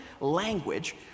language